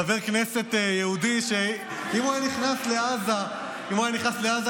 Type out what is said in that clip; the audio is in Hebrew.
חבר כנסת יהודי שאם הוא היה נכנס לעזה כיהודי,